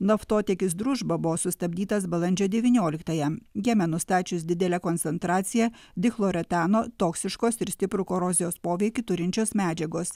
naftotiekis družba buvo sustabdytas balandžio devynioliktąją jame nustačius didelę koncentraciją dichloretano toksiškos ir stiprų korozijos poveikį turinčios medžiagos